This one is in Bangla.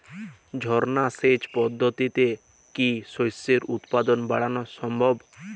ঝর্না সেচ পদ্ধতিতে কি শস্যের উৎপাদন বাড়ানো সম্ভব?